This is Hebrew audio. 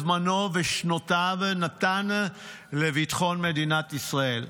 זמנו ושנותיו נתן לביטחון מדינת ישראל.